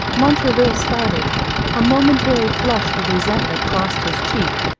montraville started a momentary flush of resentment crossed his cheek,